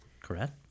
correct